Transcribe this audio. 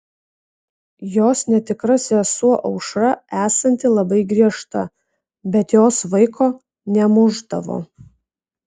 jos netikra sesuo aušra esanti labai griežta bet jos vaiko nemušdavo